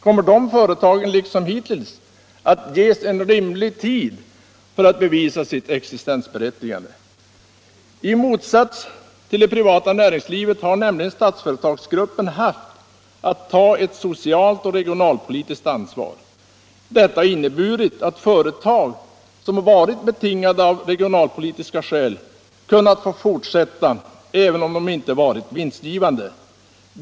Kommer dessa företag liksom hittills att ges en rimlig tid för att bevisa sitt existensberättigande? I motsats till det privata näringslivet har nämligen Statsföretagsgruppen haft att ta ett socialt och regionalpolitiskt ansvar. Detta har inneburit att företag som varit betingade av regionalpolitiska skäl kunnat få fortsätta även om de inte varit vinstgivande.